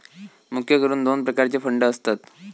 मुख्य करून दोन प्रकारचे फंड असतत